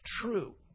true